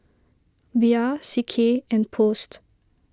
Bia C K and Post